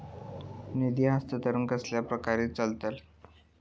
निधी हस्तांतरण कसल्या कसल्या प्रकारे चलता?